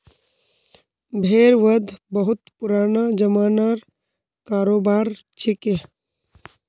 भेड़ वध बहुत पुराना ज़मानार करोबार छिके